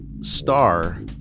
star